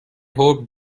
hoped